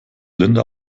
linda